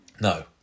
No